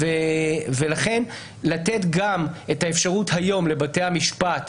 - ולכן לתת גם את האפשרות היום לבתי המשפט,